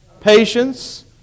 patience